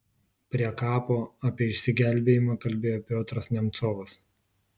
prie kapo apie išsigelbėjimą kalbėjo piotras nemcovas